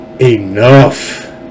enough